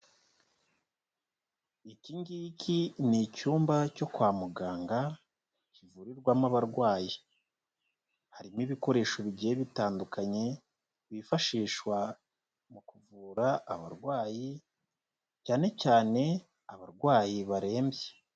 Iki ngiki n'icyumba cyo kwa muganga kivurirwamo abarwayi, harimo ibikoresho bigiye bitandukanye bifashishwa mu kuvura abarwayi, cyane cyane abarwayi barembye.